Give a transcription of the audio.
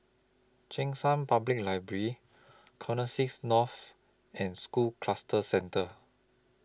Cheng San Public Library Connexis North and School Cluster Centre